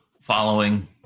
following